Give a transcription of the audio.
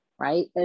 Right